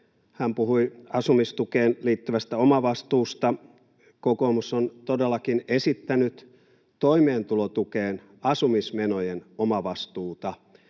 Hän puhui asumistukeen liittyvästä omavastuusta. Kokoomus on todellakin esittänyt toimeentulotukeen asumismenojen omavastuuta,